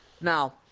Now